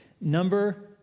Number